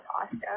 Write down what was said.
pasta